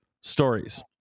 stories